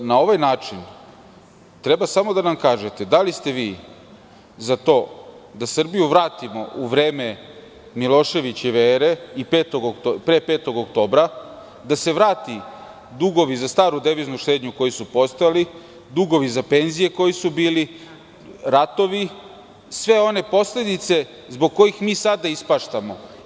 Na ovaj način treba samo da nam kažete da li ste vi za to da Srbiju vratimo u vreme Miloševićeve ere i u vreme pre 5. oktobra, da se vrate dugovi za staru deviznu štednju koji su postojali, dugovi za penzije koji su bili, ratovi i sve one posledice zbog kojih sada ispaštamo?